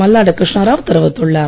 மல்லாடி கிருஷ்ணராவ் தெரிவித்துள்ளார்